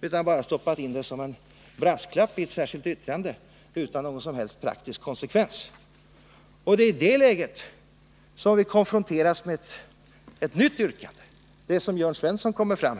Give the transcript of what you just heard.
De har bara som en brasklapp stoppat in sin åsikt i ett särskilt yttrande utan någon som helst praktisk konsekvens. I det läget konfronteras vi med ett nytt yrkande, nämligen det som Jörn Svensson lagt fram.